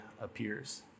appears